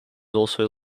also